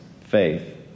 faith